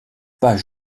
pas